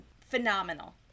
phenomenal